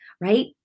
right